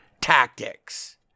tactics